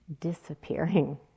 disappearing